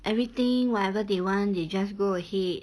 everything whatever they want they just go ahead